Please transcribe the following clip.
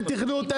אין תכנות,